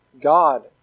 God